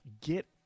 get